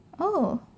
oh